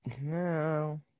No